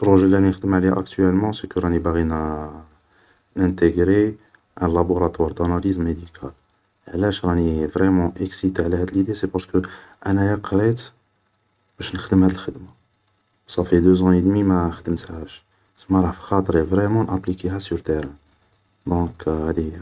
بروجي اللي راني نخدم عليه اكتيالمون, سيكو راني باغي نانتيقري ان لابوراتوار داناليز ميديكال, علاش راني فريمون اكسيتي على هاد ليدي سي بارسكو انايا قريت باش نخدم هاد الخدمة, صافي دو زون ايدمي ما خدمتهاش, سما راه فخاطري فريمون نابليكيها سور تيران, دونك هادي هي